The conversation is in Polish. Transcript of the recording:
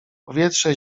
powietrze